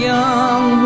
young